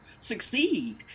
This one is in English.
succeed